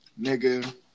Nigga